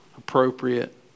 appropriate